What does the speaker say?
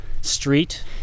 street